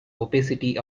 opacity